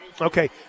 okay